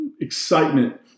excitement